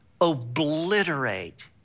obliterate